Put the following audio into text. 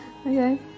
Okay